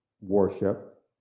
worship